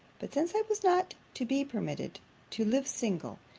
but since i was not to be permitted to live single,